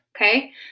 okay